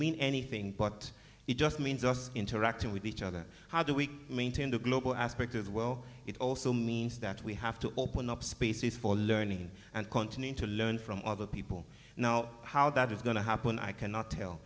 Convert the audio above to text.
mean anything but it just means us interacting with each other how do we maintain the global aspect of well it also means that we have to open up spaces for learning and continue to learn from other people now how that is going to happen i cannot tell